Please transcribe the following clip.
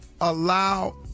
allow